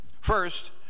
First